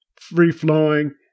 free-flowing